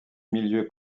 milieux